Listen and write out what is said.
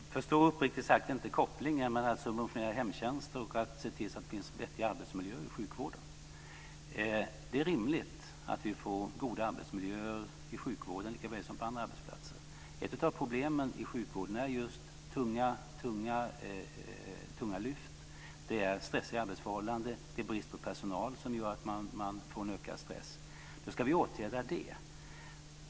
Fru talman! Jag förstår uppriktigt sagt inte kopplingen mellan att subventionera hemnära tjänster och att se till att det finns vettiga arbetsmiljöer i sjukvården. Det är rimligt att vi får goda arbetsmiljöer i sjukvården, likaväl som på andra arbetsplatser. Ett av problemen i sjukvården är just tunga lyft. Det är stressiga arbetsförhållanden. Det är brist på personal som gör att det blir en ökad stress. Då ska vi åtgärda det.